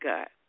God